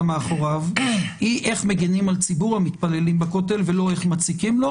מאחוריו היא איך מגנים על ציבור המתפללים בכותל ולא איך מציקים לו.